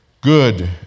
good